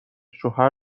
شوهر